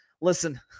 listen